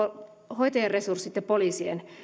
hoitajien resurssit ja poliisien